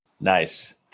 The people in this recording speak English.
Nice